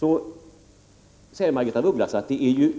Sedan säger Margaretha af Ugglas att det är